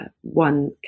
one